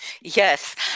Yes